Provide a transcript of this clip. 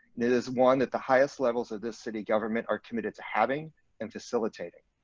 and it is one that the highest levels of the city government are committed to having and facilitating.